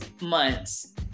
months